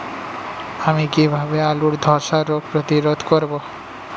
আমি কিভাবে আলুর ধ্বসা রোগ প্রতিরোধ করব?